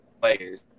players